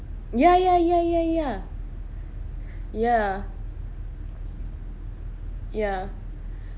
ya ya ya ya ya ya ya